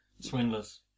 Swindlers